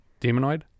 Demonoid